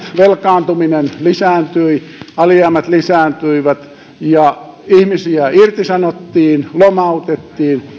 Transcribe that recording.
velkaantuminen lisääntyi alijäämät lisääntyivät ja ihmisiä irtisanottiin lomautettiin